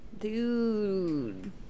Dude